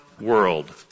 world